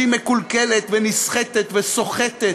שהיא מקולקלת ונסחטת וסוחטת,